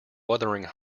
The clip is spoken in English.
wuthering